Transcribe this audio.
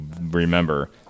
remember